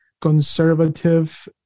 conservative